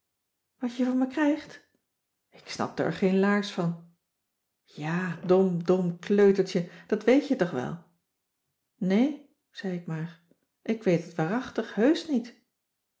wat je van me krijgt ik snapte er geen laars van ja dom dom kleutertje dat weet je toch wel nee zei ik maar ik weet het waarachtig heusch niet